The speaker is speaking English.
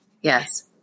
Yes